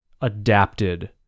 adapted